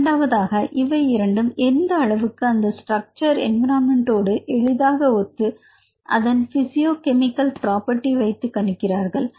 இரண்டாவதாக இவை இரண்டும் எந்த அளவுக்கு அந்த ஸ்ட்ரக்சர் என்விரான்மென்ட்ஓடு எளிதாக ஒத்து அதன் பிசியோ கெமிக்கல் பிராப்பர்டி வைத்து கணிக்கிறார்கள்